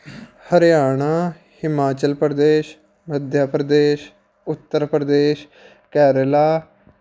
Haryana Himachal Pradesh Madhya Pradesh Uttar Pradesh Kerala